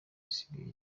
isigaye